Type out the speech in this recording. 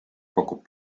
pakub